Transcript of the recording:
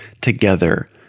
together